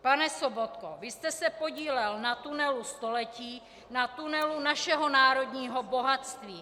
Pane Sobotko, vy jste se podílel na tunelu století, na tunelu našeho národního bohatství.